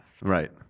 right